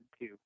two